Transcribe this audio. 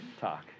talk